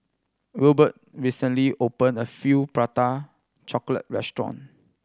Wilbert recently opened a feel Prata Chocolate restaurant